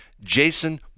Jason